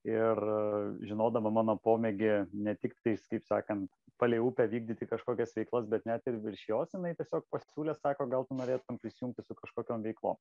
ir žinodama mano pomėgį ne tik tais kaip sakant palei upę vykdyti kažkokias veiklas bet net ir virš jos jinai tiesiog pasiūlė sako gal tu norėtum prisijungti su kažkokiom veiklom